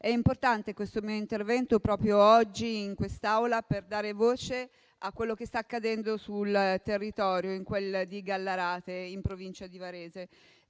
è importante questo mio intervento, proprio oggi in quest'Aula, per dare voce a quello che sta accadendo sul territorio in quel di Gallarate, in provincia di Varese.